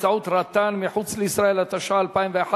באמצעות רט"ן מחוץ לישראל), התשע"א 2011,